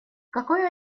какой